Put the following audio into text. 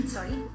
Sorry